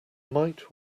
might